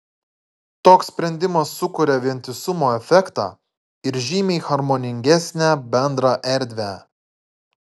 toks sprendimas sukuria vientisumo efektą ir žymiai harmoningesnę bendrą erdvę